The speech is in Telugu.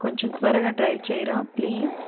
కొంచెం త్వరగా డ్రైవ్ చేయరా ప్లీస్